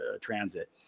transit